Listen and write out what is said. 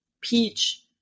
peach